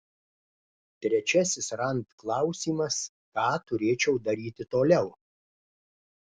trečiasis rand klausimas ką turėčiau daryti toliau